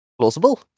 plausible